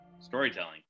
Storytelling